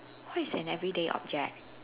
what is an everyday object